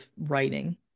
writing